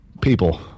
People